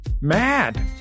mad